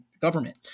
government